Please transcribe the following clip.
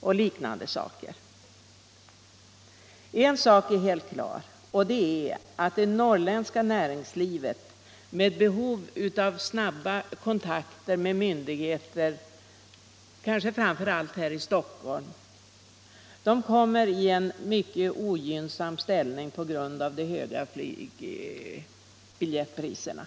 TNA En sak är helt klar, och det är att det norrländska näringslivet med Om prishöjningarbehov av snabba kontakter med myndigheter, kanske framför allt här — na på inrikesflygets i Stockholm, kommer i en mycket ogynnsam ställning på grund av de = linjer till övre höga flygbiljettpriserna.